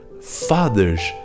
fathers